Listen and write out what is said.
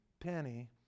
penny